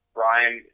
Brian